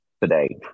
today